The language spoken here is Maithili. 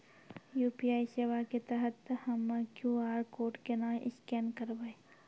यु.पी.आई सेवा के तहत हम्मय क्यू.आर कोड केना स्कैन करबै?